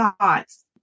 thoughts